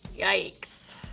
yikes.